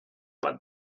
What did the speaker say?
bat